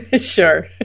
Sure